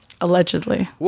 Allegedly